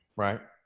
right.